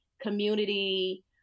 community